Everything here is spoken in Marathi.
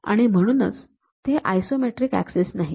आणि म्हणूनच ते आयसोमेट्रिक ऍक्सिस नाहीत